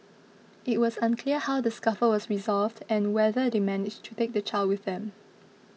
it was unclear how the scuffle was resolved and whether they managed to take the child with them